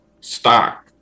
stock